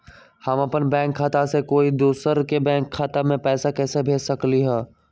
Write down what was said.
हम अपन बैंक खाता से कोई दोसर के बैंक खाता में पैसा कैसे भेज सकली ह?